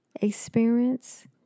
experience